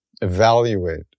evaluate